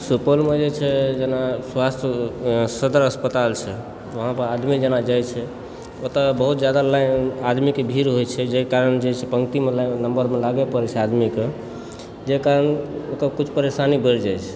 सुपौलमे जे छै जेना स्वास्थ्य सदर अस्पताल छै वहाँपर आदमी जेना जाइत छै ओतय बहुत जादा लाइन आदमीके भीड़ होइत छै जाहि कारण जे छै पङ्क्तिमे लागै नम्बरमे लागै पड़ै छै आदमीके जाहि कारण ओतय किछु परेशानी बढ़ि जाइत छै